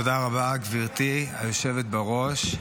תודה רבה, גברתי היושבת בראש.